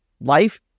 Life